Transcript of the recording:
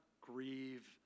grieve